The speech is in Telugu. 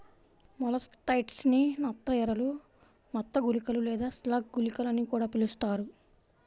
మొలస్సైడ్స్ ని నత్త ఎరలు, నత్త గుళికలు లేదా స్లగ్ గుళికలు అని కూడా పిలుస్తారు